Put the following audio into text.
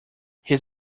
his